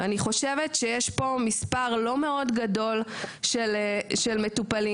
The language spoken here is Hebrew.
אני חושבת שיש כאן מספר לא מאוד גדול של מטופלים.